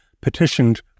petitioned